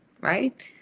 right